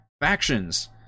factions